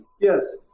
Yes